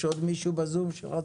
יש עוד מישהו בזום שרצה?